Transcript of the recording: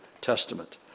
Testament